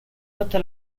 sotto